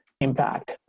impact